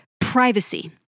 privacy